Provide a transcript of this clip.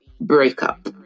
breakup